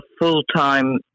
full-time